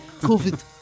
COVID